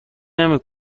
نمی